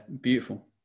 Beautiful